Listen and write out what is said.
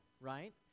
right